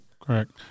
Correct